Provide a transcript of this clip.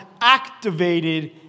activated